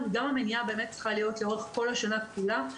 גם המניעה צריכה להיות כל השנה כולה.